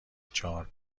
چهار